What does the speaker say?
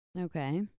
Okay